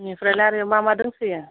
बेनिफ्रायलाय आरो मा मा दंसोयो